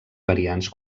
variants